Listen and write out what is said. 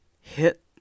hit